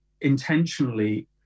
intentionally